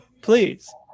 Please